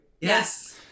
Yes